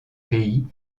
pays